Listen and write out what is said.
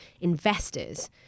investors